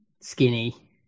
skinny